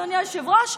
אדוני היושב-ראש,